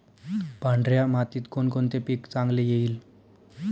पांढऱ्या मातीत कोणकोणते पीक चांगले येईल?